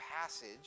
passage